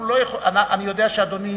אני יודע שאדוני,